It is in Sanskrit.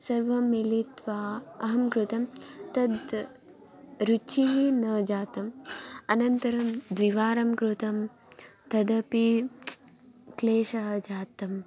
सर्वं मिलित्वा अहं कृतं तद् रुचिः न जाता अनन्तरं द्विवारं कृतं तदापि क्लेशः जातः